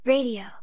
Radio